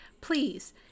please